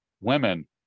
women